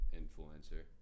influencer